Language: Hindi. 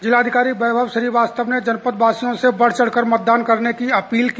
जिलाधिकारी वैभव श्रीवास्तव ने जनपदवासियों से बढ़ चढ़कर मतदान करने की अपील की